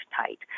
tight